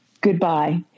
goodbye